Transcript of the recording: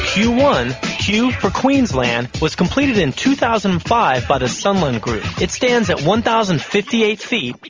q one, q for queensland, was completed in two thousand and five by the sunland group. it stands at one thousand and fifty eight feet,